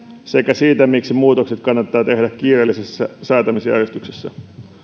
sekä siitä miksi muutokset kannattaa tehdä kiireellisessä säätämisjärjestyksessä